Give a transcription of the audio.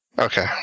Okay